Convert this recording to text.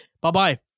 Bye-bye